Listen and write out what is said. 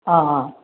অ অ